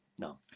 no